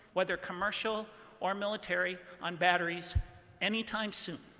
whether commercial or military, on batteries any time soon.